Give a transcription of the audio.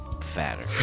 fatter